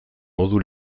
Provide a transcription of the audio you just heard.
modu